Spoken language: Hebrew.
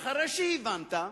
אחרי שהיוונת,